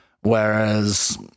Whereas